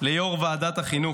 ליו"ר ועדת החינוך,